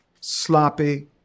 sloppy